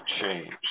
change